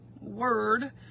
word